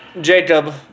Jacob